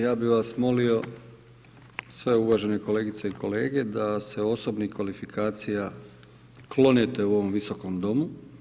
Ja bih vas molio sve uvažene kolegice i kolege da se osobnih kvalifikacija klonete u ovom Visokom domu.